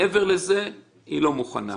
מעבר לזה היא לא מוכנה.